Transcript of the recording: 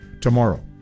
tomorrow